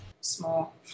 small